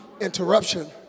interruption